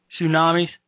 tsunamis